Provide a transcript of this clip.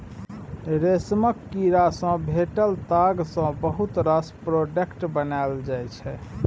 रेशमक कीड़ा सँ भेटल ताग सँ बहुत रास प्रोडक्ट बनाएल जाइ छै